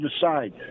decide